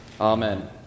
amen